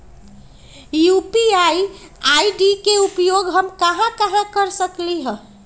UPI ID के उपयोग हम कहां कहां कर सकली ह?